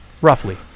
Roughly